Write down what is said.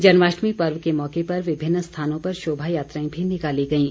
जन्माष्टमी पर्व के मौके पर विभिन्न स्थानों पर शोभा यात्राएं भी निकाली गईं